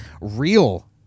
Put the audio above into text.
real